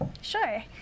Sure